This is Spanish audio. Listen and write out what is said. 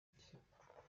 hey